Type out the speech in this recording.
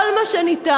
כל מה שניתן,